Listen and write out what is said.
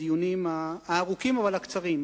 בדיונים הארוכים אך הקצרים.